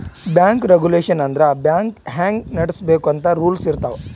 bank regulation ಅಂದುರ್ bank ಹ್ಯಾಂಗ್ ನಡುಸ್ಬೇಕ್ ಅಂತ್ ರೂಲ್ಸ್ ಇರ್ತಾವ್